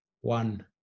One